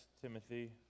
Timothy